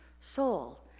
soul